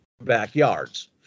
backyards